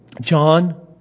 John